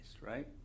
right